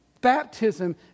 baptism